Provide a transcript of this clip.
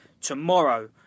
tomorrow